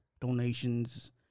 donations